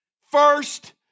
first